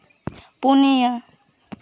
ᱯᱩᱱᱭᱟᱹ